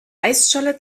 eisscholle